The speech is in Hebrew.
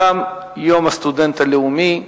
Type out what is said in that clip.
תם הדיון ביום הסטודנט הלאומי,